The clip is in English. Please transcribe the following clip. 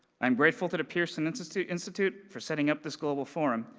i am grateful to the pearson institute institute for setting up this global forum,